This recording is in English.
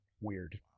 weird